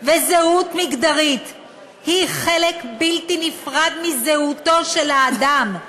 וזהות מגדרית הן חלק בלתי נפרד מזהותו של האדם.